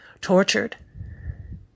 Tortured